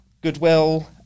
goodwill